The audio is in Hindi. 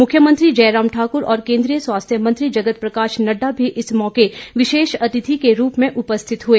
मुख्यमंत्री जयराम ठाक्र और केंद्रीय स्वास्थ्य मंत्री जगत प्रकाश नड़डा भी इस मौके विशेष अतिथि के रूप में उपस्थित हुए